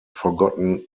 forgotten